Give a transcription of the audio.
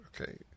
Okay